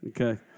okay